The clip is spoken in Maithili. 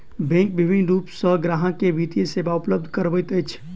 बैंक विभिन्न रूप सॅ ग्राहक के वित्तीय सेवा उपलब्ध करबैत अछि